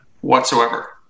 whatsoever